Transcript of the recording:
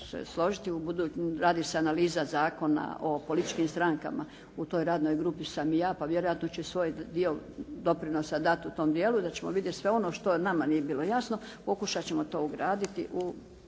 se složiti, radi se analiza Zakona o političkim strankama u toj radnoj grupi sam i ja, pa vjerojatno ću svoj dio doprinosa dati u tom dijelu i da ćemo vidjeti sve ono što nama nije bilo jasno, pokušati ćemo to ugraditi